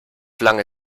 lange